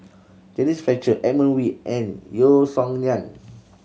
Denise Fletcher Edmund Wee and Yeo Song Nian